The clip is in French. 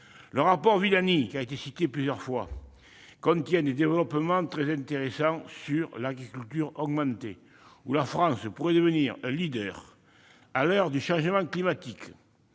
Le rapport Villani, cité plusieurs fois, contient des développements très intéressants sur l'agriculture augmentée, domaine dans lequel la France pourrait devenir un leader. À l'heure du changement climatique